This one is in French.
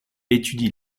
étudie